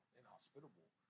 inhospitable